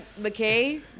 McKay